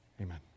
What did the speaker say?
Amen